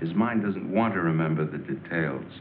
his mind doesn't want to remember the details